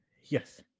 Yes